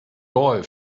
boy